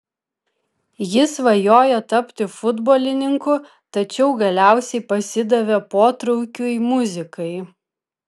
jis svajojo tapti futbolininku tačiau galiausiai pasidavė potraukiui muzikai